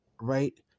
right